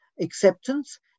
acceptance